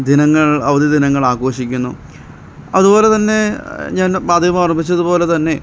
ദിനങ്ങൾ അവധി ദിനങ്ങൾ ആഘോഷിക്കുന്നു അതുപോലെ തന്നെ ഞാൻ ആദ്യം ഓർമിപ്പിച്ചതു പോലെ തന്നെ